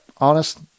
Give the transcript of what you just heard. honest